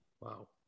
Wow